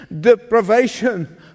deprivation